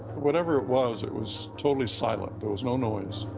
whatever it was, it was totally silent. there was no noise.